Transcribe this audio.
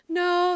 no